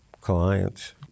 clients